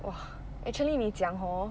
!wah! actually 你讲 hor